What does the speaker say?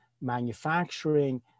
manufacturing